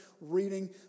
reading